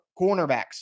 cornerbacks